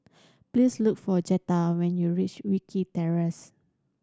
please look for Jetta when you reach Wilkie Terrace